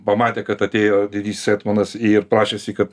pamatė kad atėjo didysis etmonas ir prašėsi kad